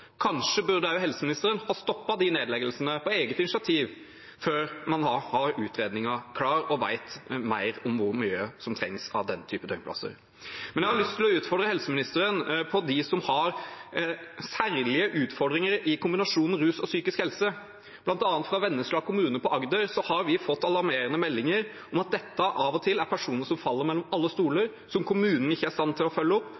Kanskje burde helseministeren ha stoppet de nedleggelsene på eget initiativ, før man har utredningen klar og vet mer om hvor mye som trengs av den typen døgnplasser. Men jeg har lyst til å utfordre helseministeren når det gjelder dem som har særlige utfordringer med kombinasjonen rus og psykisk helse. Blant annet fra Vennesla kommune i Agder har vi fått alarmerende meldinger om at dette av og til er personer som faller mellom alle